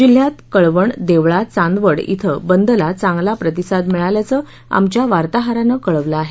जिल्ह्यात कळवण देवळा चांदवड इथं बंदला चांगला प्रतिसाद मिळाल्याचं आमच्या वार्ताहरानं कळवलं आहे